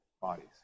bodies